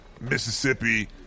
Mississippi